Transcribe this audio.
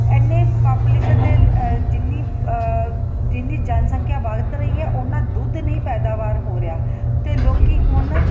ਇੰਨੇ ਪਾਪੂਲੇਸ਼ਨ ਦੇ ਲ ਜਿੰਨੀ ਜਿੰਨੀ ਜਨਸੰਖਿਆ ਵੱਧ ਰਹੀ ਹੈ ਉੰਨਾਂ ਦੁੱਧ ਨਹੀਂ ਪੈਦਾਵਾਰ ਹੋ ਰਿਹਾ ਅਤੇ ਲੋਕ ਹੁਣ